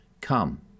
Come